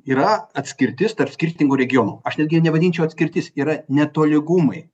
yra atskirtis tarp skirtingų regionų aš netgi nevadinčiau atskirtis yra netolygumai